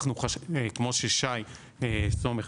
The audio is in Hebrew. כמו ששי סומך,